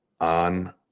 on